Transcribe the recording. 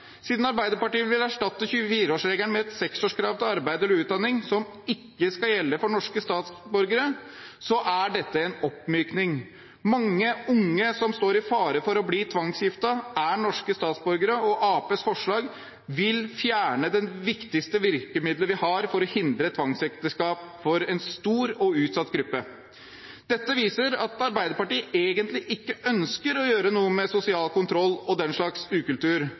Siden Arbeiderpartiet vil erstatte 24-årsregelen med et 6-årskrav til arbeid eller utdanning, som ikke skal gjelde for norske statsborgere, er dette en oppmykning. Mange unge som står i fare for å bli tvangsgiftet, er norske statsborgere, og Arbeiderpartiets forslag vil fjerne det viktigste virkemiddelet vi har for å hindre tvangsekteskap for en stor og utsatt gruppe. Dette viser at Arbeiderpartiet egentlig ikke ønsker å gjøre noe med sosial kontroll og den slags ukultur.